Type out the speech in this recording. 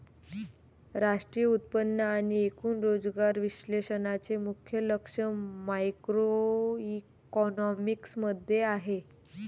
राष्ट्रीय उत्पन्न आणि एकूण रोजगार विश्लेषणाचे मुख्य लक्ष मॅक्रोइकॉनॉमिक्स मध्ये आहे